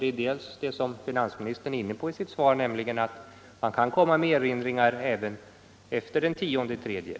Finansministern är inne på en möjlighet i sitt svar, nämligen att man kan avge erinringar även efter den 10 mars.